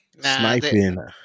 sniping